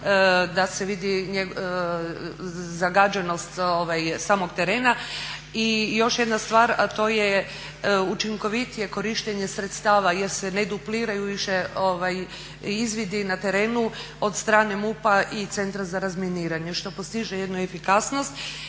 da se vidi zagađenost samog terena. I još jedna stvar, a to je učinkovitije korištenje sredstava, jer se ne dupliraju više izvidi na terenu od strane MUP-a i Centra za razminiranje što postiže jednu efikasnost.